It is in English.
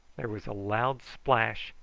there was a loud splash,